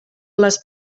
les